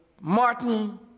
Martin